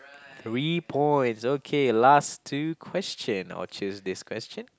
three points okay last two question I will choose this question